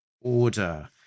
Order